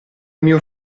mio